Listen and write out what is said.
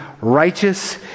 righteous